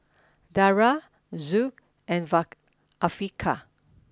Dara Zul and Vaka Afiqah